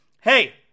Hey